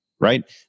right